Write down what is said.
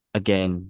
again